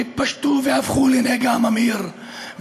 שהתפשטו והפכו לנגע ממאיר,